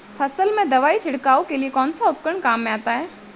फसल में दवाई छिड़काव के लिए कौनसा उपकरण काम में आता है?